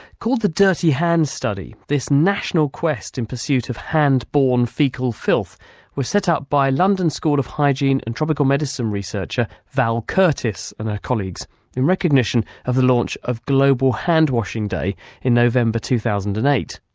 called the dirty hands study, this national quest in pursuit of hand-borne faecal filth was set up by a london school of hygiene and tropical medicine researcher val curtis and her colleagues in recognition of the launch of global handwashing day in november two thousand and eight.